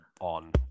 on